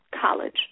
college